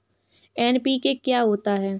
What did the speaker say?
NPK क्या होता है?